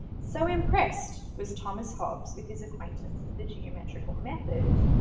so impressed was thomas hobbes with his acquaintance of the geometrical method,